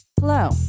Hello